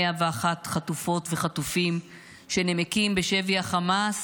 101 חטופות וחטופים נמקים בשבי חמאס,